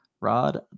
Rod